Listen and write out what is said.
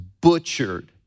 butchered